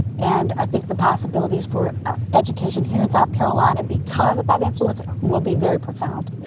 and i think the possibilities for ah education here in south carolina, because of that influence, will be very profound. yeah